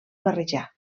barrejar